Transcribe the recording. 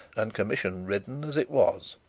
and commission-ridden as it was.